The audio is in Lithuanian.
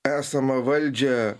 esama valdžia